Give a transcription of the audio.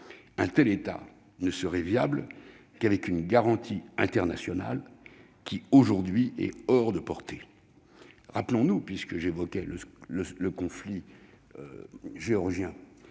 Un tel État ne serait viable qu'avec une garantie internationale qui, aujourd'hui, est hors de portée. J'ai évoqué le conflit géorgien